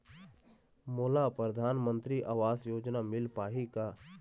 मोला परधानमंतरी आवास योजना मिल पाही का?